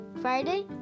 Friday